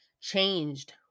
changed